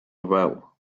well